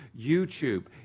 YouTube